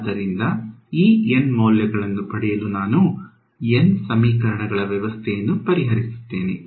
ಆದ್ದರಿಂದ ಈ n ಮೌಲ್ಯಗಳನ್ನು ಪಡೆಯಲು ನಾನು n ಸಮೀಕರಣಗಳ ವ್ಯವಸ್ಥೆಯನ್ನು ಪರಿಹರಿಸುತ್ತೇನೆ